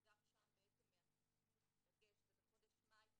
זה בחודש מאי,